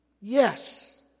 Yes